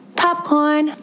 popcorn